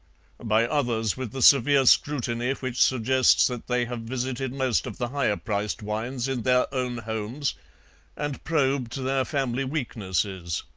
by others with the severe scrutiny which suggests that they have visited most of the higher-priced wines in their own homes and probed their family weaknesses.